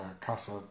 Casa